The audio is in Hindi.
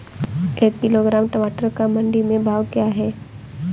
एक किलोग्राम टमाटर का मंडी में भाव क्या है?